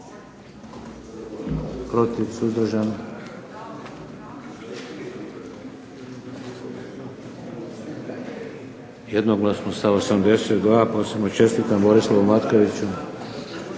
Protiv? Suzdržan? Jednoglasno sa 82. Posebno čestitam Borislavu Matkoviću.